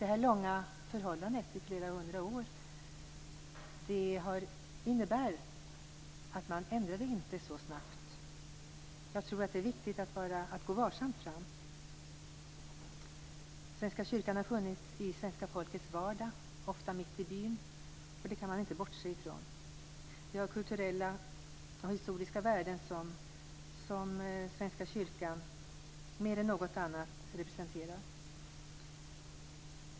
Detta långa förhållande i flera hundra år innebär att man inte ändrar på det så snabbt. Jag tror att det är viktigt att gå varsamt fram. Svenska kyrkan har funnits i svenska folkets vardag, ofta mitt i byn, och det kan man inte bortse från. Det finns kulturella historiska värden som Svenska kyrkan mer än något annat representerar.